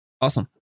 Awesome